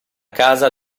casa